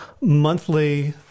monthly